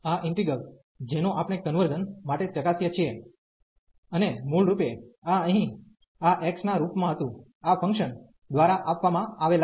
અને આ ઈન્ટિગ્રલ જેનો આપણે કન્વર્ઝન માટે ચકાસીએ છીએ અને મૂળરૂપે આ અહીં આ x ના રૂપમાં હતું આ ફંકશન દ્વારા આપવામાં આવેલા છે